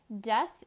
Death